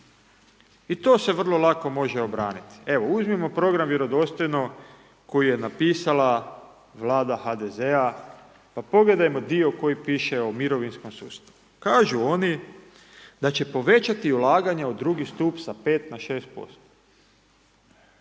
I to se vrlo lako može obraniti. Evo, uzmimo program Vjerodostojno, koji je napisala Vlada HDZ-a, pa pogledajmo dio koji piše o mirovinskom sustavu. Kažu oni da će povećati ulaganja u drugi stup sa 5 na 6%.